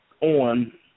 on